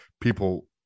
people